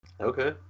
Okay